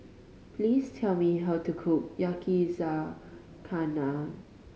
please tell me how to cook Yakizakana